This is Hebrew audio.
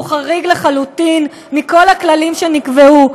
שהוא חריג לחלוטין מכל הכללים שנקבעו.